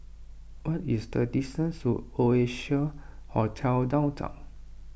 what is the distance to Oasia Hotel Downtown